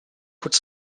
could